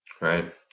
right